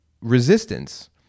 resistance